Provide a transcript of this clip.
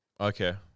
Okay